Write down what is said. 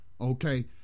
okay